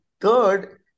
third